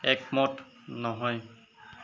একমত নহয়